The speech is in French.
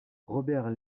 robert